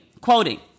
quoting